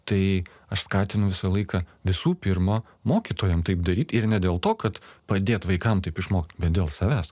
tai aš skatinu visą laiką visų pirma mokytojam taip daryt ir ne dėl to kad padėt vaikam taip išmokt bet dėl savęs